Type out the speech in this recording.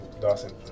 Dawson